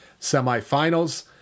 semifinals